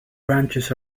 branches